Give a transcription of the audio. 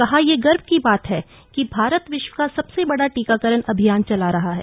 कहा ये गर्व की बात है कि भारत विश्व का सबसे बड़ा टीकाकरण अभियान चला रहा है